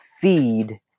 feed